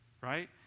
Right